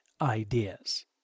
ideas